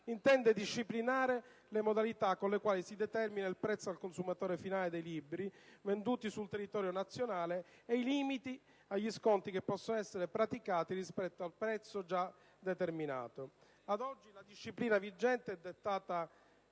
intende disciplinare le modalità con le quali si determina il prezzo al consumatore finale dei libri venduti sul territorio nazionale e i limiti agli sconti che possono essere praticati rispetto al prezzo già determinato. Ad oggi, la disciplina vigente è dettata